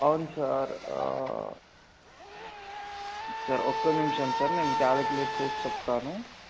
అవును sir sir ఒక్క నిమిషం సార్ నేను క్యాలక్యలేట్ చేసి చెప్తాను